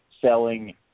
selling